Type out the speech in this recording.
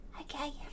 Okay